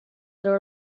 there